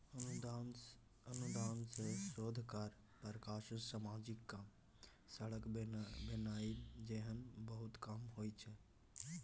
अनुदान सँ शोध कार्य, प्रकाशन, समाजिक काम, सड़क बनेनाइ जेहन बहुते काम होइ छै